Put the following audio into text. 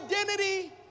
identity